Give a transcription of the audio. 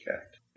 act